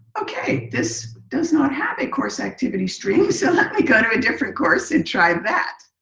ok. this does not have a course activity stream. so let me go to a different course and try that.